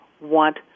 want